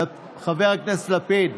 חבר הכנסת לפיד,